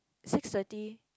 six thirty